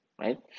right